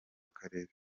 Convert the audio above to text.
akarere